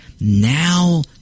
now